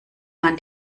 man